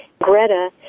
Greta